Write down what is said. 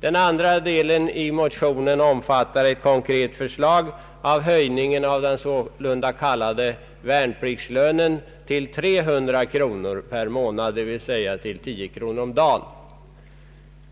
Den andra delen av motionen omfattar ett konkret förslag om höjning av den kontanta värnpliktslönen till 300 kronor per månad, d.v.s. till 10 kronor om dagen.